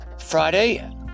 Friday